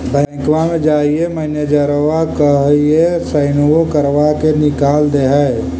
बैंकवा मे जाहिऐ मैनेजरवा कहहिऐ सैनवो करवा के निकाल देहै?